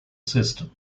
system